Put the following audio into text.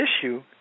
issue